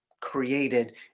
created